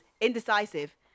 indecisive